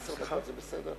היו אתי אנשים אחרים,